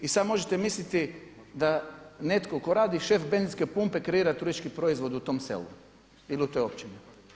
I sada možete misliti da netko tko radi, šef benzinske pumpe kreira turistički proizvod u tom selu ili u toj općini.